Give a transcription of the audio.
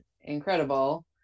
incredible